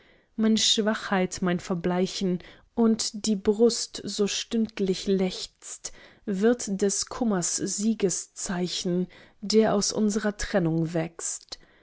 meine schwachheit mein verbleichen und die brust so stündlich lechzt wird des kummers siegeszeichen der aus unsrer trennung wächst